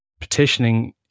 petitioning